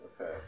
Okay